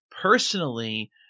personally